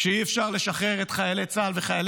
כשאי-אפשר לשחרר את חיילי צה"ל וחיילי